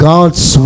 God's